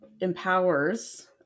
empowers